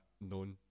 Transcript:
known